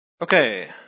Okay